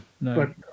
no